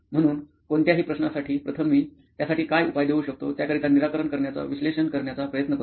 म्हणून कोणत्याही प्रश्नासाठी प्रथम मी त्यासाठी काय उपाय देऊ शकतो त्याकरिता निराकरण करण्याचा विश्लेषण करण्याचा प्रयत्न करतो